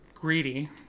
greedy